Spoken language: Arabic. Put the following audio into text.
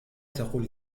تقل